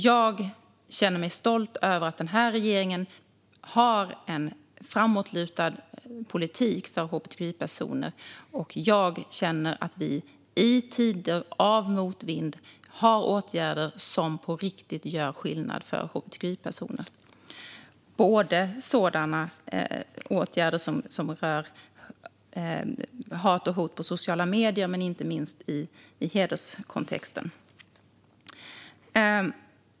Jag känner mig stolt över att den här regeringen har en framåtlutad politik för hbtqi-personer, och jag känner att vi i tider av motvind har åtgärder som på riktigt gör skillnad för hbtqi-personer - åtgärder som rör såväl hat och hot på sociala medier som, inte minst, hederskontexten.